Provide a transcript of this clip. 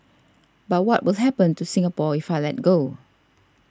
but what will happen to Singapore if I let go